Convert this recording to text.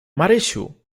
marysiu